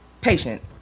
patient